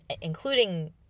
Including